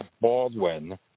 Baldwin